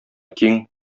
киң